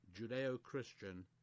Judeo-Christian